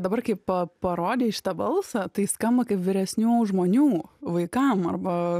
dabar kai pa parodei šitą balsą tai skamba kaip vyresnių žmonių vaikam arba